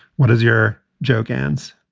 what is your joe gans?